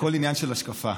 הכול עניין של השקפה,